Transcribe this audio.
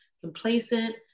complacent